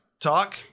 talk